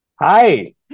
Hi